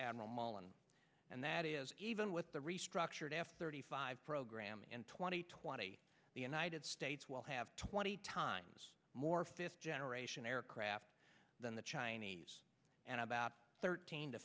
mullen and that is even with the restructured f thirty five program in twenty twenty the united states will have twenty times more fifth generation aircraft than the chinese and about thirteen to